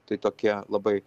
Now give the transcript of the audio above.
tai tokie labai